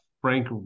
Frank